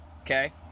Okay